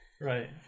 Right